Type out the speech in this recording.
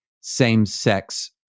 same-sex